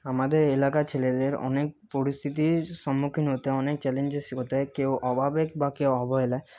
আমাদের এলাকার ছেলেদের অনেক পরিস্থিতির সম্মুখীন হতে হয় অনেক চ্যালেঞ্জেস এগোতে হয় কেউ অভাবে বা কেউ অবহেলায়